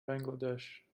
bangladesh